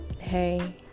hey